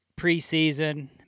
preseason